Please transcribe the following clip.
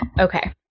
okay